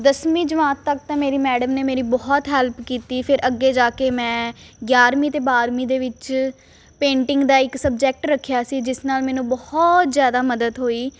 ਦਸਵੀਂ ਜਮਾਤ ਤੱਕ ਤਾਂ ਮੇਰੀ ਮੈਡਮ ਨੇ ਮੇਰੀ ਬਹੁਤ ਹੈਲਪ ਕੀਤੀ ਫਿਰ ਅੱਗੇ ਜਾ ਕੇ ਮੈਂ ਗਿਆਰਵੀਂ ਅਤੇ ਬਾਰਵੀਂ ਦੇ ਵਿੱਚ ਪੇਂਟਿੰਗ ਦਾ ਇੱਕ ਸਬਜੈਕਟ ਰੱਖਿਆ ਸੀ ਜਿਸ ਨਾਲ ਮੈਨੂੰ ਬਹੁਤ ਜ਼ਿਆਦਾ ਮਦਦ ਹੋਈ